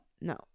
No